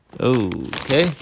Okay